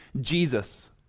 Jesus